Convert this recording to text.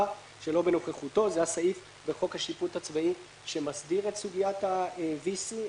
שלא בנוכחותו" זה הסעיף בחוק השיפוט הצבאי שמסדיר את סוגיית ה-VC,